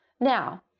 now